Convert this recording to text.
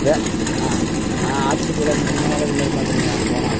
து என்ன என்னண்ணா ஹாஸ்பிட்டலில் முக்கியமான வேலை என்னெண்ண இது மாதிரி பண்ணுறீங்க போங்ண்ண